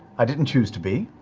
i didn't choose to be,